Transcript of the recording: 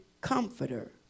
comforter